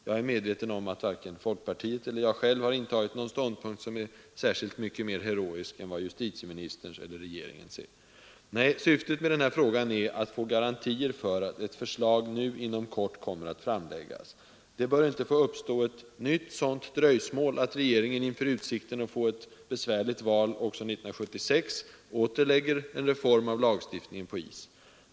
Jag är medveten om att varken folkpartiet eller jag själv har intagit någon ståndpunkt som är särskilt mycket mer heroisk än justitieministerns eller regeringens. Nej, syftet med frågan är att få garantier för att ett förslag nu inom kort kommer att framläggas. Det bör inte få bli ett sådant dröjsmål, att regeringen inför utsikten att få ett nytt besvärligt val 1976 åter lägger en reform av lagstiftningen på is.